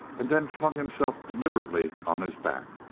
and then flung himself deliberately on his back.